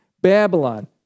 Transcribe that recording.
Babylon